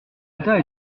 état